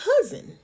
cousin